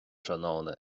tráthnóna